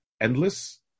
endless